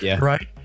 right